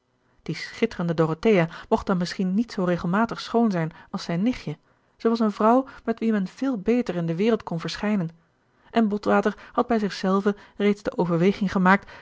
die schitterende dorothea mocht dan misschien niet zoo regelmatig schoon zijn als zijn nichtje zij was een vrouw met wie men veel beter in de wereld kon verschijnen en botgerard keller het testament van mevrouw de tonnette water had bij zich zelven reeds de overweging gemaakt